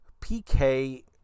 PK